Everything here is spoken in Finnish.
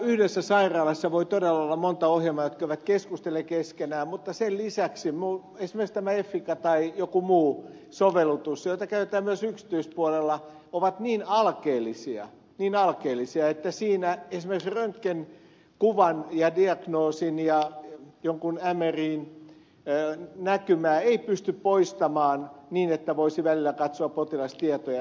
yhdessä sairaalassa voi todella olla monta ohjelmaa jotka eivät keskustele keskenään mutta sen lisäksi esimerkiksi tämä effica tai jotkut muut sovellutukset joita käytetään myös yksityispuolella ovat niin alkeellisia niin alkeellisia että siinä esimerkiksi röntgenkuvan ja diagnoosin ja jonkun mrin näkymää ei pysty poistamaan niin että voisi välillä katsoa potilastietoja